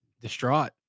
Distraught